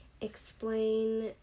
explain